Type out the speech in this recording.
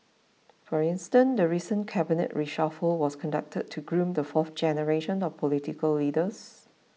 for instance the recent cabinet reshuffle was conducted to groom the fourth generation of political leaders